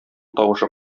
тавышы